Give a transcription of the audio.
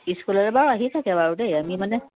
স্কুললৈ বাৰু আহি থাকে বাৰু দেই আমি মানে